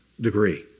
degree